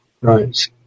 Right